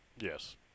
Yes